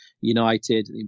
United